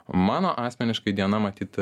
mano asmeniškai diena matyt